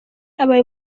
abaye